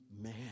man